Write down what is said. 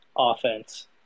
offense